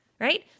right